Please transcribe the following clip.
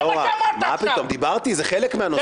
אסון.